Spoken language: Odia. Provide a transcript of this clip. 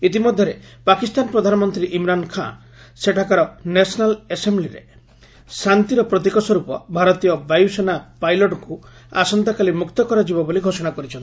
ଇତିମଧ୍ଧରେ ପାକିସ୍ତାନ ପ୍ରଧାନମନ୍ତୀ ଇମ୍ରାନ୍ ଖାଁ ସେଠାରେ ନ୍ୟାସନାଲ୍ ଆସେମ୍କୁ ଶାନ୍ତିର ପ୍ରତୀକ ସ୍ୱର୍ପ ଭାରତୀୟ ବାୟୁସେନା ପାଇଲଟ୍କୁ ଆସନ୍ତାକାଲି ମୁକ୍ତ କରାଯିବ ବୋଲି ଘୋଷଣା କରିଛନ୍ତି